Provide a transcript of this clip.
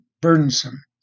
burdensome